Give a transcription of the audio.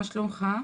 מה שלומך.